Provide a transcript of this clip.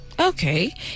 okay